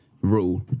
rule